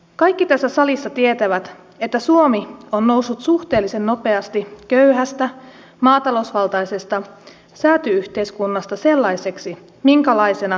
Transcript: kaikki tässä salissa tietävät että suomi on noussut suhteellisen nopeasti köyhästä maatalousvaltaisesta sääty yhteiskunnasta sellaiseksi minkälaisena sen nyt tunnemme